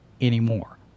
anymore